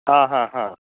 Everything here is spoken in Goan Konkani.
हां हां हां